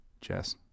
Jess